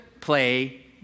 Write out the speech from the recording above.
play